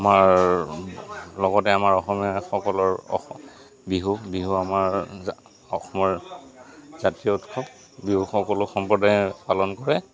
আমাৰ লগতে আমাৰ অসমীয়াাসকলৰ বিহু বিহু আমাৰ অসমৰ জাতীয় উৎসৱ বিহু সকলো সম্প্ৰদায়ে পালন কৰে